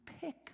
pick